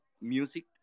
music